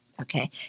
Okay